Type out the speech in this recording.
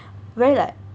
very like